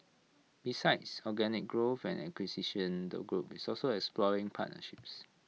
besides organic growth and acquisition the group is also exploring partnerships